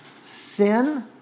Sin